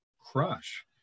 crush